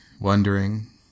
wondering